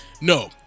No